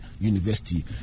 University